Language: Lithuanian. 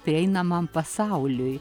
prieinamam pasauliui